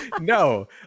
no